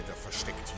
versteckt